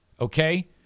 okay